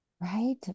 Right